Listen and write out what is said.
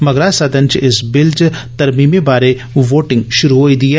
मगरा सदन च इस बिल च तरमीमें बारै वोटिंग शुरू होई गेदी ऐ